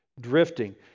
Drifting